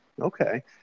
Okay